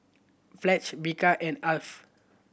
Pledge Bika and Alf